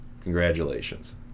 Congratulations